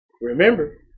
remember